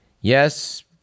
Yes